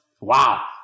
wow